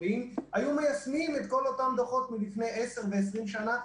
ואם היו מיישמים את כל אותם דוחות מלפני 10 ו-20 שנה,